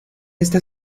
esta